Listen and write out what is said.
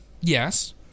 yes